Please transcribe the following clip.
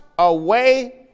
Away